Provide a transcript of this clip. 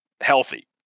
healthy